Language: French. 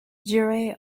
j’irai